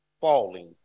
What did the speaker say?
falling